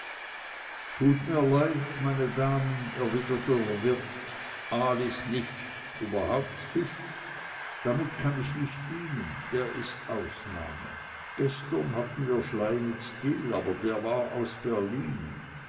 tut mir leid meine damen erwiderte der wirt aal is nicht überhaupt fisch damit kann ich nicht dienen der ist ausnahme gestern hatten wir schlei mit dill aber der war aus berlin